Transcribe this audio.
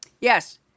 Yes